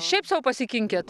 šiaip sau pasikinkėt